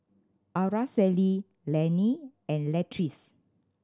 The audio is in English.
Araceli Lenny and Latrice